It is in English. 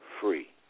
free